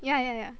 ya ya ya